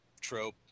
trope